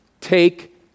Take